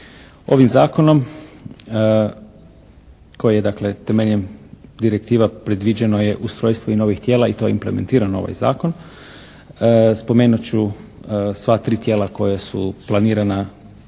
Ovim zakonom koji je dakle temeljem direktiva predviđeno je ustrojstvo i novih tijela i to je i implementirano u ovaj zakon. Spomenut ću sva tri tijela koja su planirana i